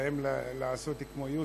האם לעשות כמו יוסף,